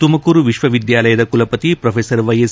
ತುಮಕೂರು ವಿಶ್ವವಿದ್ಯಾಲಯದ ಕುಲಪತಿ professor Y S